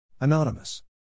Anonymous